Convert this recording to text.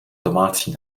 domácí